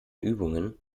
übungen